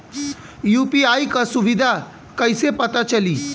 UPI क सुविधा कैसे पता चली?